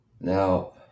now